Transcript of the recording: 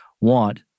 want